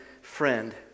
friend